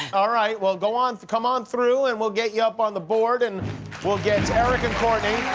um right. well, go on come on through, and we'll get you up on the board. and we'll get eric and courtney.